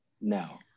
now